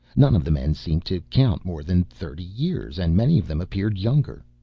none of the men seemed to count more than thirty years and many of them appeared younger.